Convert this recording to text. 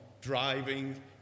driving